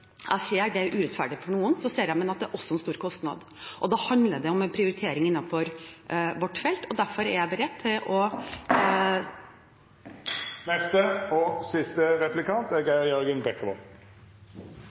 Jeg ser at det er urettferdig for noen, men at det også er en stor kostnad. Det handler om prioritering innenfor vårt felt. Derfor er jeg beredt til å … Når det gjelder fedres fulle uttaksrett, er